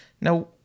Now